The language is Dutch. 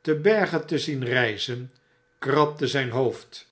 te berge te zien rpen krabde zyn hoofd